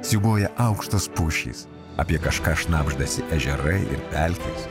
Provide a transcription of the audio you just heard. siūbuoja aukštos pušys apie kažką šnabždasi ežerai ir pelkės